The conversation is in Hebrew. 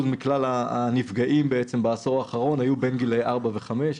מכלל הנפגעים בעשור האחרון היו בין גיל ארבע לחמש.